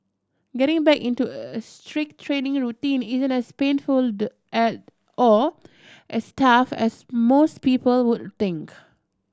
getting back into a strict training routine isn't as painful or as tough as most people would think